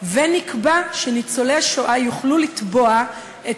ונקבע שניצולי השואה יוכלו לתבוע את